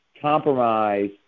compromise